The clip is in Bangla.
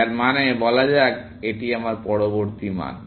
যার মানে বলা যাক এটি আমার পরবর্তী মান